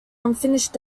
unfinished